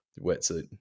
wetsuit